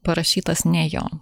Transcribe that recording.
parašytas ne jo